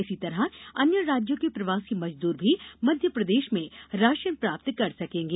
इसी तरह अन्य राज्यों के प्रवासी मजदूर भी मध्यप्रदेश में राशन प्राप्त कर सकेंगे